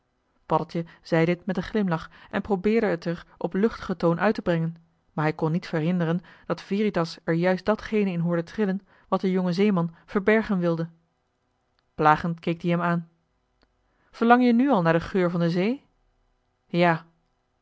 paddeltje zei dit met een glimlach en probeerde het er op luchtigen toon uit te brengen maar hij kon niet verhinderen dat veritas er juist datgene in hoorde trillen wat de jonge zeeman verbergen wilde plagend keek die hem aan verlang je nu al naar den geur van de zee ja